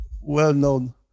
well-known